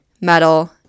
metal